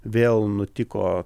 vėl nutiko